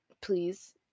please